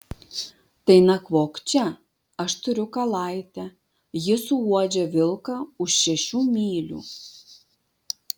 tai nakvok čia aš turiu kalaitę ji suuodžia vilką už šešių mylių